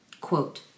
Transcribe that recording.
Quote